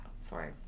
sorry